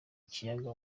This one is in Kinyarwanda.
kiyaga